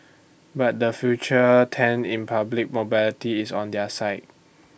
but the future tend in private mobility is on their side